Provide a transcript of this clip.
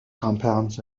compounds